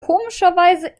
komischerweise